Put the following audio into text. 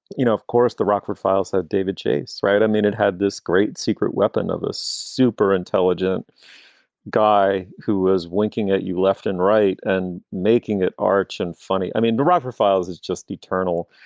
you know of course, the rockford files that david chase, right. i mean, it had this great secret weapon of a super intelligent guy who was winking at you left and right and making it arch and funny. i mean, the rapper files is just eternal.